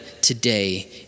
today